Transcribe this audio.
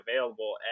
available